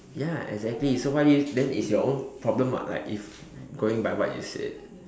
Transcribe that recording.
ya exactly so why did you then it's your own problem [what] like if going by what you said